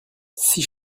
six